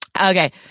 Okay